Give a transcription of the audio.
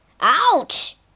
Ouch